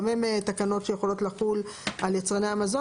לא מייד מטילים את העיצום הכספי אלא יש מנגנון מוקדם שהוא למען הזהירות,